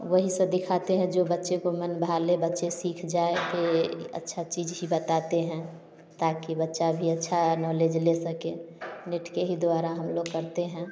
वही सब दिखाते हैं जो बच्चे को मन बहले बच्चे सीख जाए की अच्छा चीज ही बताते हैं ताकि बच्चा भी अच्छा नॉलेज ले सके नेट के ही द्वारा हम लोग करते हैं